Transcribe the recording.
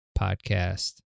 podcast